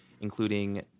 including